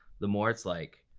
the more it's like.